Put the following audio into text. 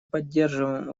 поддерживаем